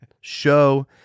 show